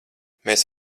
mēs